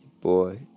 Boy